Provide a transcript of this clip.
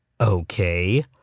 Okay